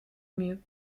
mieux